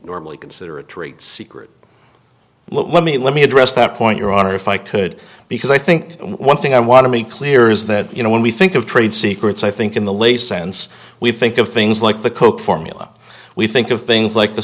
normally consider a trade secret let me let me address that point your honor if i could because i think one thing i want to make clear is that you know when we think of trade secrets i think in the late sense we think of things like the coke formula we think of things like the